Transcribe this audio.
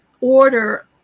order